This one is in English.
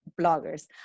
bloggers